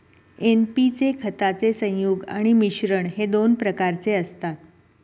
NP चे खताचे संयुग आणि मिश्रण हे दोन प्रकारचे असतात